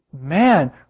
man